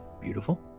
Beautiful